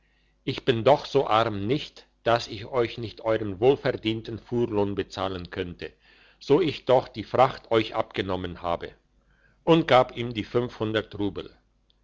ich bin doch so arm nicht dass ich euch nicht euern wohlverdienten fuhrlohn bezahlen könnte so ich doch die fracht euch abgenommen habe und gab ihm die fünfhundert rubel